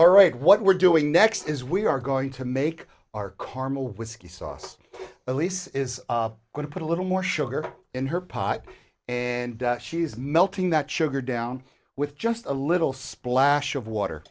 all right what we're doing next is we are going to make our carmel whiskey sauce elise is going to put a little more sugar in her pot and she's melting that sugar down with just a little splash of water